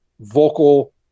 vocal